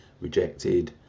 rejected